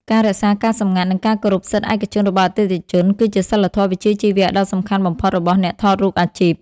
ការរក្សាការសម្ងាត់ និងការគោរពសិទ្ធិឯកជនរបស់អតិថិជន គឺជាសីលធម៌វិជ្ជាជីវៈដ៏សំខាន់បំផុតរបស់អ្នកថតរូបអាជីព។